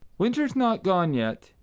winter's not gone yet,